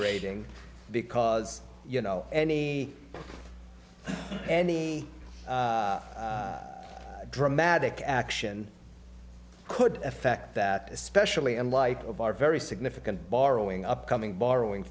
rating because you know any any dramatic action could affect that especially in light of our very significant borrowing upcoming borrowing